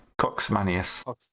Coxmanius